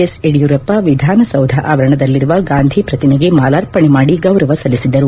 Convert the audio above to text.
S Yediyurappa Vidhana Soudha ಆವರಣದಲ್ಲಿರುವ ಗಾಂಧಿ ಪ್ರತಿಮೆಗೆ ಮಾಲಾರ್ಪಣೆ ಮಾದಿ ಗೌರವ ಸಲ್ಲಿಸಿದರು